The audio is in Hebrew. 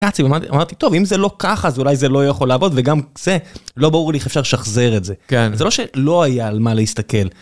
אמרתי טוב אם זה לא ככה זה אולי זה לא יכול לעבוד וגם זה לא ברור לי איך אפשר לשחזר את זה, זה לא שהיה על מה להסתכל.